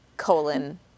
Colon